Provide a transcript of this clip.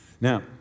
Now